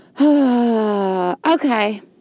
okay